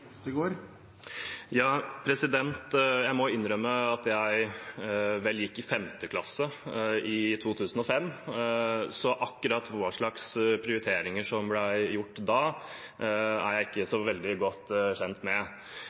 Jeg må innrømme at jeg vel gikk i 5. klasse i 2005, så akkurat hva slags prioriteringer som ble gjort da, er jeg ikke så veldig godt kjent med.